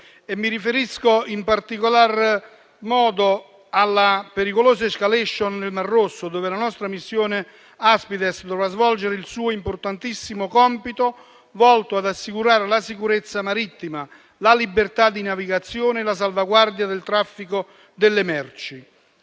Mi riferisco, in particolar modo, alla pericolosa *escalation* nel mar Rosso, dove la nostra missione Aspides dovrà svolgere il suo importantissimo compito, volto ad assicurare la sicurezza marittima, la libertà di navigazione, la salvaguardia del traffico delle merci.